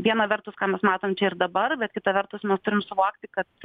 viena vertus ką mes matom čia ir dabar bet kita vertus mes turim suvokti kad